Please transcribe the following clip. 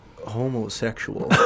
homosexual